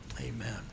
amen